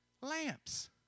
Lamps